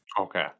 okay